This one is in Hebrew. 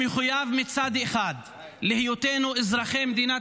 שמחויב מצד אחד להיותנו אזרחי מדינת